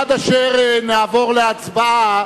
עד אשר נעבור להצבעה